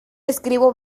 escribo